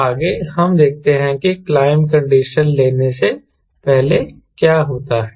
आगे हम देखते हैं कि क्लाइंब कंडीशनस लेने से पहले क्या होता है